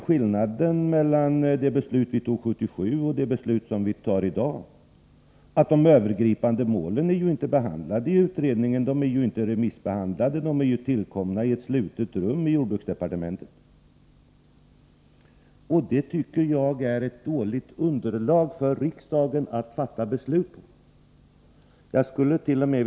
Skillnaden mellan det beslut vi tog 1977 och det vi tar i dag är ju att de övergripande målen inte är behandlade av utredningen och inte remissbehandlade utan tillkomna i ett slutet rum på jordbruksdepartementet. Det tycker jag är ett dåligt underlag för riksdagen att fatta beslut på. Jag skullet.o.m.